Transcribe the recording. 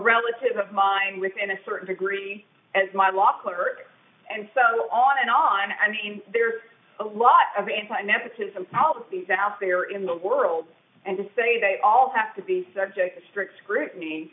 relative of mine within a certain degree as my last clerk and so on and on i mean there's a lot of me and my nepotism policies out there in the world and to say they all have to be subject to strict scrutiny